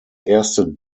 erste